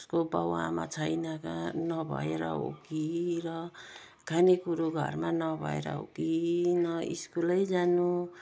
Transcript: उसको बाबुआमा छैन र नभएर हो कि र खानेकुरो घरमा नभएर हो कि न स्कुलै जानु